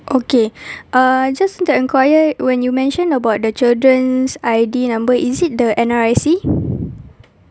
okay uh just want to enquire when you mention about the children's I_D number is it the N_R_I_C